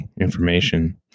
information